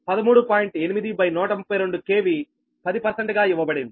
8132 KV 10 గా ఇవ్వబడింది